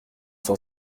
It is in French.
s’en